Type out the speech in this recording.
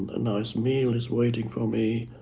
a nice meal is waiting for me.